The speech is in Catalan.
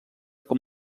com